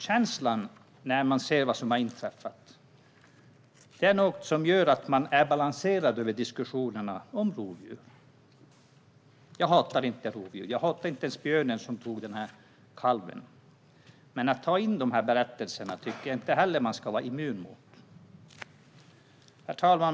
Känslan när man ser vad som har inträffat gör att man är balanserad i diskussionerna om rovdjur. Jag hatar inte rovdjur. Jag hatar inte ens björnen som tog den här kalven. Men jag tycker inte heller att man ska vara immun mot att ta in de här berättelserna. Herr talman!